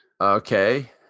Okay